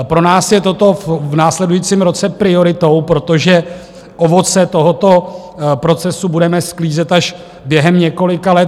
Pro nás je toto v následujícím roce prioritou, protože ovoce tohoto procesu budeme sklízet až během několika let.